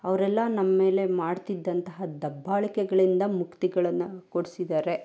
ಅವ್ರೆಲ್ಲ ನಮ್ಮ ಮೇಲೆ ಮಾಡ್ತಿದ್ದಂತಹ ದಬ್ಬಾಳಿಕೆಗಳಿಂದ ಮುಕ್ತಿಗಳನ್ನು ಕೊಡಿಸಿದ್ದಾರೆ